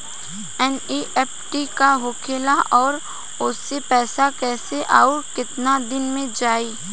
NEFT का होखेला और ओसे पैसा कैसे आउर केतना दिन मे जायी?